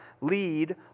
lead